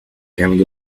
carrying